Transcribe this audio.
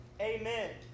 Amen